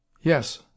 Yes